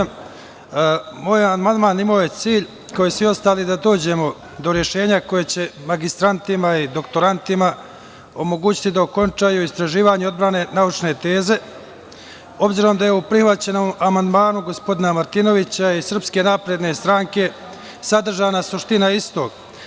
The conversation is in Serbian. Moj amandman je imao cilj kao i svi ostali, da dođemo do rešenja koje će magistrantima i doktorantima omogućiti da okončaju istraživanje i odbrane naučne teze, obzirom da je ovo prihvaćeno u amandmanu gospodina Martinovića i SNS, sadržana je suština istog.